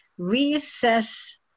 reassess